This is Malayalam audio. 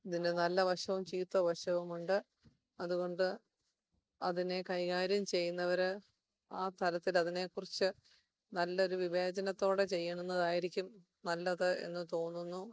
ഇതിന് നല്ല വശവും ചീത്ത വശവുമുണ്ട് അതുകൊണ്ട് അതിനെ കൈകാര്യം ചെയ്യുന്നവർ ആ തലത്തിൽ അതിനെക്കുറിച്ച് നല്ലൊരു വിവേചനത്തോടെ ചെയ്യുന്നതായിരിക്കും നല്ലത് എന്ന് തോന്നുന്നു